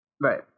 Right